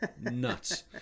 nuts